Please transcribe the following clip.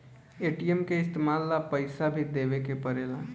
ATM के इस्तमाल ला पइसा भी देवे के पड़ेला